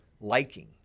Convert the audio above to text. liking